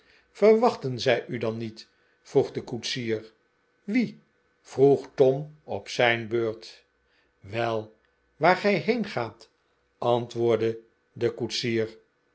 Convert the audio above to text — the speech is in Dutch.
verwachten zij u dan niet vroeg de koetsier wie vroeg tom op zijn beurt wel waar gij heengaat antwoordde de koetsier